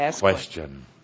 question